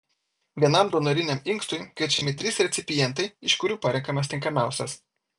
vienam donoriniam inkstui kviečiami trys recipientai iš kurių parenkamas tinkamiausias